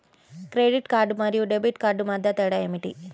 Credit card మరియు debit card మధ్య తేడా ఏమిటి?